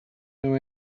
know